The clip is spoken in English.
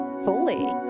fully